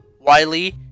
Wiley